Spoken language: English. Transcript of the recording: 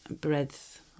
breadth